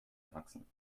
erwachsen